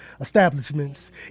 establishments